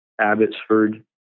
Abbotsford